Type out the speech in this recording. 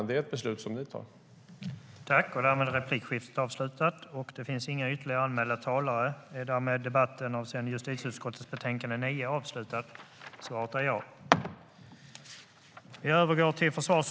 Det är ett beslut som de själva fattar.